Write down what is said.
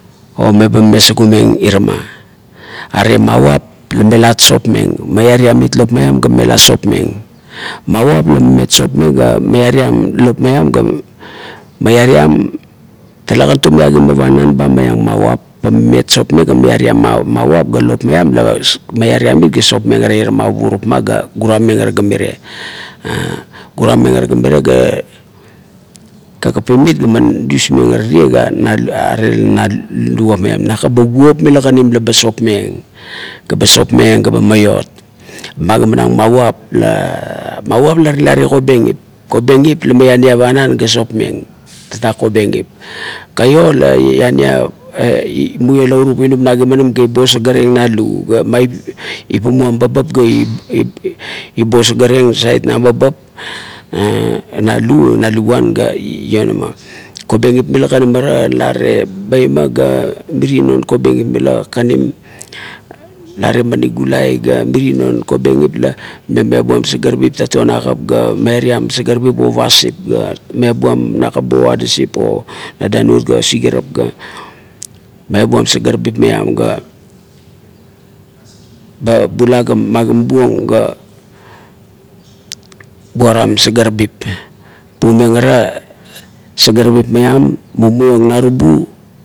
O ba mame sugumeng irama, are maap la melat sapmeng, miaram it lop maiam ga melat sapmeng, mavap la mamet sapmeng ga miaram it lop maiam ga miaram, talekan tume agamarung panan ba maiang mavap, mamet sap meng, g miuaram mavap ga lop maiam ga miaviam it ga sapmeng irama kuop ga gurameng ga mirie gurameng ga mirie ga kakapim it gaman dasmeng ara tie ga are na luguap maiam, nakap o kuop mila kanim lo ba sapmeng, ga sapmeng ga maiot. Magimanang mavap, mavap la tale are kobengip, kobengip la mania panan ga sapmeng, tatak kobengip. Kaio la iania muio laurup, inum na kimanam ga ibo sagaraieng na lu ga ifumam babap ga ibo sagarieng na lu ga ifumam babap ga ibo sagarieng na babap na lu, na luguan ga ionama kobengip mila kanim la are baima ga miri non kobengip mila kanim la are manigulai ga miri non kobengip la mae meabuam sagarabip tatuan nakap ga meaviam sagarabip bo pasip ga meabuam nakap bo adasip o na danuot ga sigarap meabuan sigarap maiam ba bula ga magamabuong ga buaram sagarabip, paoieng ara sagarabip mmumiong narubu